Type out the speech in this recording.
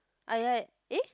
ah ya eh